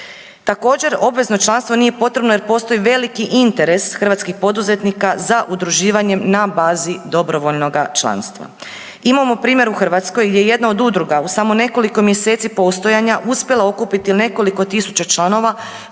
Također obvezno članstvo nije potrebno jer postoji veliki interes hrvatskih poduzetnika za udruživanjem na bazi dobrovoljnoga članstva. Imamo primjer u Hrvatskoj gdje je jedna od udruga u samo nekoliko mjeseci postojanja uspjela okupiti nekoliko tisuća članova